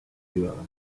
privada